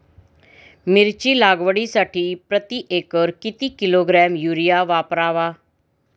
मिरची लागवडीसाठी प्रति एकर किती किलोग्रॅम युरिया वापरावा?